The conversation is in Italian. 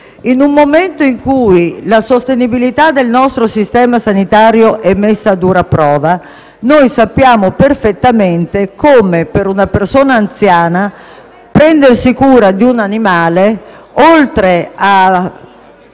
In un momento in cui la sostenibilità del nostro sistema sanitario è messa a dura prova, sappiamo perfettamente come per una persona anziana prendersi cura di un animale, oltre ad